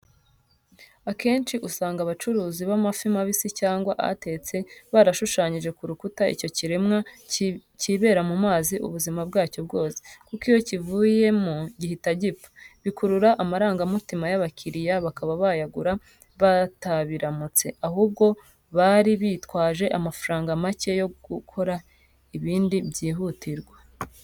Akenshi usanga abacuruzi b'amafi mabisi cyangwa atetse barashushanyije ku rukuta icyo kiremwa kibera mu mazi ubuzima bwacyo bwose, kuko iyo kivuyemo gihita gipfa, bikurura amarangamutima y'abakiriya, bakaba bayagura batabiramutse, ahubwo bari bitwaje amafaranga macye yo gukora ibindi byihutirwa.